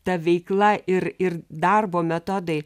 ta veikla ir ir darbo metodai